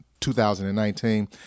2019